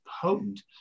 potent